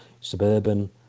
suburban